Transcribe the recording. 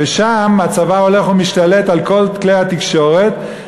ושם הצבא הולך ומשתלט על כל כלי התקשורת,